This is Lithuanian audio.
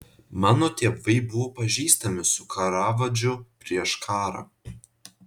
mano tėvai buvo pažįstami su karavadžu prieš karą